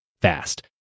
fast